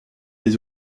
des